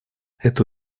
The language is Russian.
это